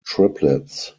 triplets